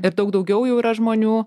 ir daug daugiau jau yra žmonių